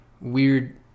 weird